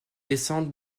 descendent